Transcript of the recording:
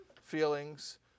feelings